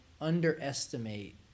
underestimate